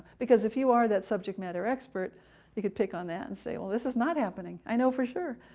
because if you are that subject matter expert you could pick on that and say, well this is not happening. i know for sure,